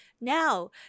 Now